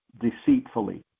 deceitfully